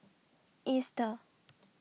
Easter